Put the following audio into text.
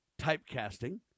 typecasting